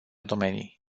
domenii